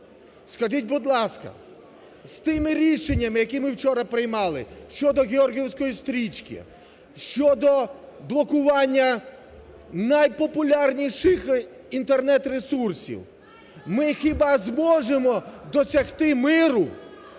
Скажіть, будь ласка, з тими рішеннями, які ми вчора приймали щодо георгіївської стрічки, щодо блокування найпопулярніших інтернет-ресурсів, ми хіба зможемо досягти миру?